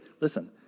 listen